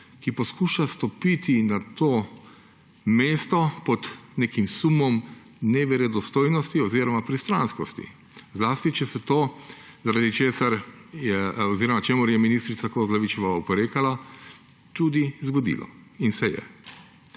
ki poskuša stopiti na to mesto pod nekim sumom neverodostojnosti oziroma pristranskosti, zlasti če se to, zaradi česar, oziroma čemur je ministrica Kozlovič oporekala, tudi zgodilo, in se je.